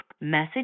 message